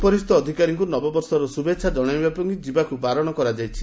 ଉପରିସ୍ ଅଧିକାରୀଙ୍କୁ ନବବର୍ଷର ଶୁଭେଛା ଜଣାଇବା ପାଇଁ ଯିବାକୁ ବାରଣ କରାଯାଇଛି